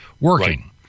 working